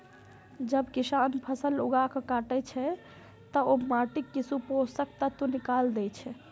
जब किसान फसल उगाके काटै छै, ते ओ माटिक किछु पोषक तत्व निकालि दै छै